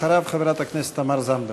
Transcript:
אחריו, חברת הכנסת תמר זנדברג.